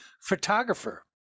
photographer